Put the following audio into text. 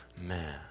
Man